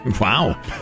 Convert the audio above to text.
Wow